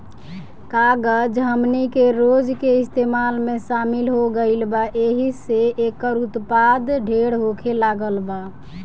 कागज हमनी के रोज के इस्तेमाल में शामिल हो गईल बा एहि से एकर उत्पाद ढेर होखे लागल बा